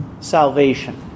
salvation